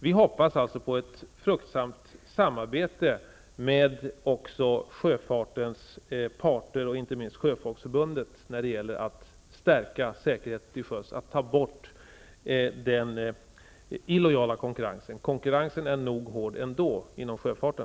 Vi hoppas på ett fruktsamt samarbete med sjöfartens parter, inte minst Sjöfolksförbundet, när det gäller att stärka säkerheten till sjöss och ta bort den illojala konkurrensen. Konkurrensen är nog hård ändå inom sjöfarten.